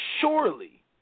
surely